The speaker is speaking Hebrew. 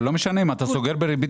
אבל זה לא משנה; אם אתה סוגר ריבית